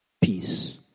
Peace